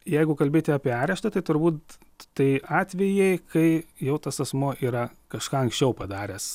jeigu kalbėti apie areštą tai turbūt tai atvejai kai jau tas asmuo yra kažką anksčiau padaręs